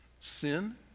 sin